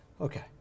okay